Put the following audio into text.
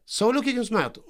sauliau kiek jums metų